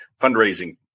fundraising